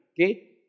Okay